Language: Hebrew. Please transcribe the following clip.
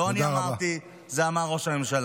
לא אני אמרתי, אמר את זה ראש הממשלה.